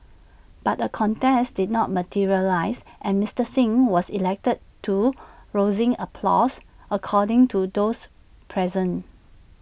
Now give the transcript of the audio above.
but A contest did not materialise and Mister Singh was elected to rousing applause according to those present